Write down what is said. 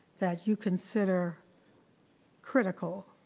that you consider critical